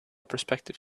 prospective